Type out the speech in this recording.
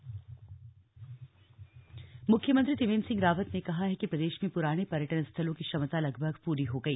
CM Nainital मुख्यमंत्री त्रिवेंद्र सिंह रावत ने कहा है कि प्रदेश में पुराने पर्यटन स्थलों की क्षमता लगभग पूरी हो गई